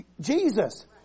Jesus